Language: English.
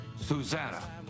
Susanna